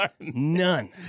None